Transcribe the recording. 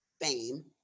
fame